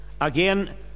Again